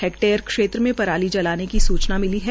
ये क्ल कटाई क्षेत्र में पराली जलाने की सूचना मिली है